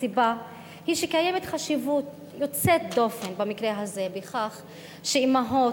הסיבה היא שקיימת חשיבות יוצאת דופן במקרה הזה בכך שאמהות